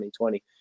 2020